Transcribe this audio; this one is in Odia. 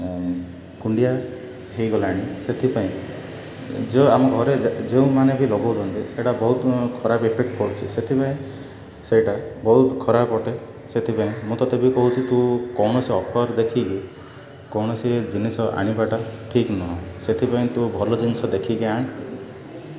କୁଣ୍ଡିଆ ହେଇଗଲାଣି ସେଥିପାଇଁ ଯେଉଁ ଆମ ଘରେ ଯେଉଁମାନେ ବି ଲଗଉଛନ୍ତି ସେଇଟା ବହୁତ ଖରାପ ଇଫେକ୍ଟ ପଡ଼ୁଛି ସେଥିପାଇଁ ସେଇଟା ବହୁତ ଖରାପ ଅଟେ ସେଥିପାଇଁ ମୁଁ ତେବେ କହୁଛ ତୁ କୌଣସି ଅଫର୍ ଦେଖିକି କୌଣସି ଜିନିଷ ଆଣିବାଟା ଠିକ୍ ନୁହଁ ସେଥିପାଇଁ ତୁ ଭଲ ଜିନିଷ ଦେଖିକି ଆଣେ